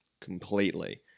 completely